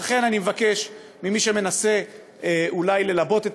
ולכן אני מבקש ממי שמנסה אולי ללבות את